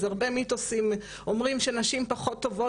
אז הרבה מיתוסים אומרים שנשים פחות טובות